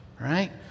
right